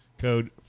code